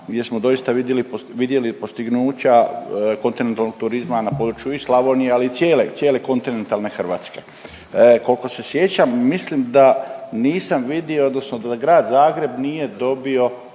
gdje smo doista vidjeli postignuća kontinentalnog turizma na području i Slavonije, ali i cijele kontinentalne Hrvatske. Koliko se sjećam mislim da nisam vidio, odnosno da grad Zagreb nije dobio